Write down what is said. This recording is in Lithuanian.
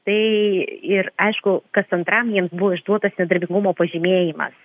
tai ir aišku kas antram jiems buvo išduotas nedarbingumo pažymėjimas